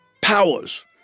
powers